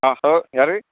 ஆ hello யார்